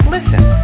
Listen